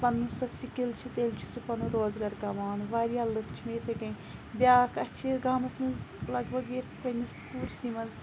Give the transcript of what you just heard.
پَنٕنۍ سۄ سِکِل چھِ تیٚلہِ چھِ پَنُن روزگار کَماوان واریاہ لُکھ چھِ یِتھے کٔنۍ بیاکھ اَسہِ چھِ گامَس مَنٛز لَگ بَگ یِتھ پَننِس کوٗچسٕے مَنٛز